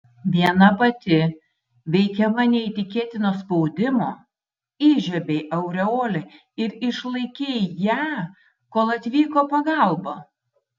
viena pati veikiama neįtikėtino spaudimo įžiebei aureolę ir išlaikei ją kol atvyko pagalba